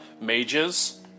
mages